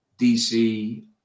dc